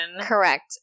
Correct